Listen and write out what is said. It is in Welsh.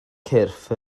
cyrff